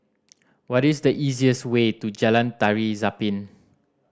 what is the easiest way to Jalan Tari Zapin